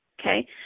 Okay